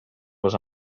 was